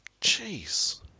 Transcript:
Jeez